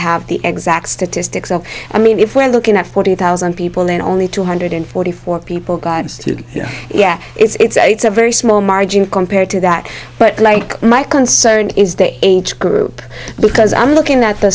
have the exact statistics i mean if we're looking at forty thousand people and only two hundred forty four people guides to yeah yeah it's a it's a very small margin compared to that but like my concern is that age group because i'm looking at the